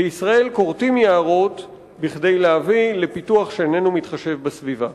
בישראל כורתים יערות כדי להביא לפיתוח שאיננו מתחשב בסביבה.